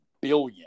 billion